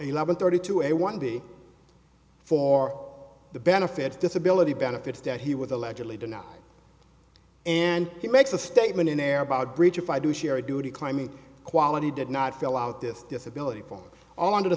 eleven thirty two a one day for the benefits disability benefits that he was allegedly denied and he makes a statement on air about bridge if i do share duty climbing quality did not fill out this disability for all under the